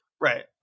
Right